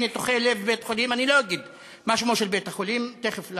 בתאי גזים, בבנזין רגיל, חתיכת חצוף.